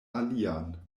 alian